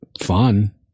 fun